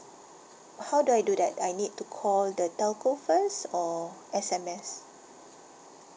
ugh how do I do that I need to call the telco first or S_M_S